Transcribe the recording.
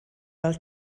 fel